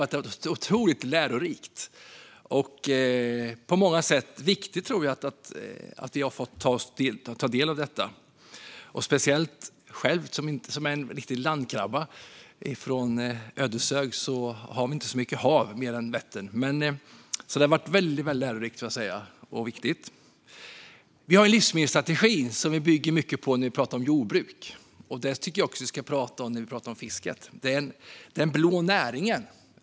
Det har varit otroligt lärorikt och på många sätt viktigt att vi har fått ta del av detta, speciellt för mig som är en riktig landkrabba. I Ödeshög har vi inte särskilt mycket hav, även om vi har Vättern. Det har alltså varit lärorikt och viktigt. Vi bygger mycket på Livsmedelsstrategin när vi pratar om jordbruk. Det tycker jag att vi ska göra också när vi pratar om fisket, den blå näringen.